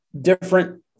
different